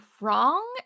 wrong